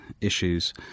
issues